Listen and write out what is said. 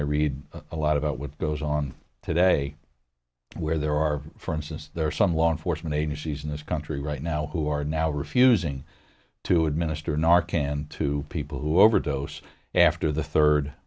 i read a lot about what goes on today where there are for instance there are some law enforcement agencies in this country right now who are now refusing to administer narcan to people who overdose after the third